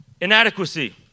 Inadequacy